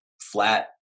flat